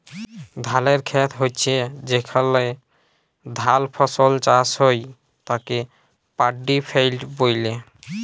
ধালের খেত হচ্যে যেখলে ধাল ফসল চাষ হ্যয় তাকে পাড্ডি ফেইল্ড ব্যলে